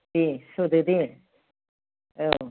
दे सुदो दे औ